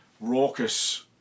raucous